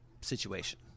situation